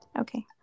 Okay